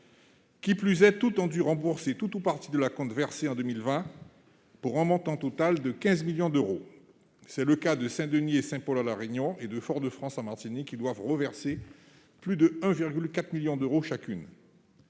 Qui plus est, toutes ont dû rembourser tout ou partie de l'acompte versé en 2020, pour un montant total de 15 millions d'euros. C'est le cas des communes de Saint-Denis et de Saint-Paul à La Réunion et de Fort-de-France en Martinique, qui doivent reverser plus de 1,4 million d'euros chacune.